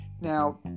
now